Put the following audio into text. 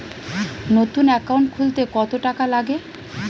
নতুন একাউন্ট খুলতে কত টাকা লাগে?